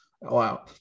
wow